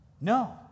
No